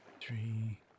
three